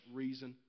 reason